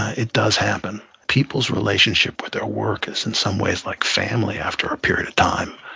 it does happen. people's relationship with their work is in some ways like family after a period of time,